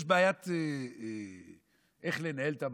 יש בעיה איך לנהל את הממלכה.